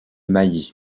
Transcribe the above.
mailly